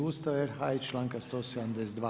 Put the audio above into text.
Ustava RH i članka 172.